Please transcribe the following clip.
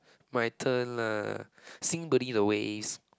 my turn lah the waste